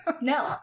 No